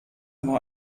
war